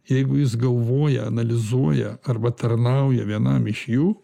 jeigu jis galvoja analizuoja arba tarnauja vienam iš jų